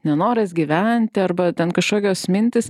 nenoras gyventi arba ten kažkokios mintys